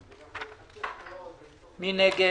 הצבעה בעד, 4 נגד,